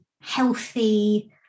healthy